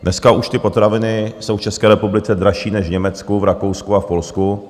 Dneska už ty potraviny jsou v České republice dražší než v Německu, v Rakousku a v Polsku.